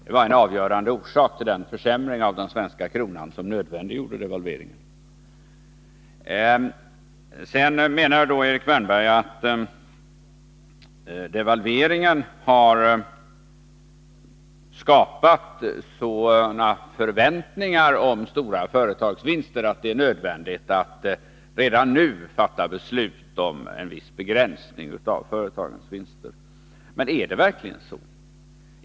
Det var en avgörande orsak till den försämring av den svenska kronan som nödvändiggjorde devalveringen. Sedan menar Erik Wärnberg att devalveringen har skapat sådana förväntningar om stora företagsvinster att det är nödvändigt att redan nu fatta beslut om en viss begränsning av företagens vinster. Men är det verkligen så?